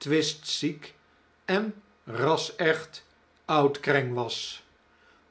twistziek en rasecht oud kreng oimkmjoqo was